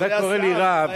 כשאתה קורא לי רב,